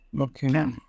Okay